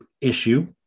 issue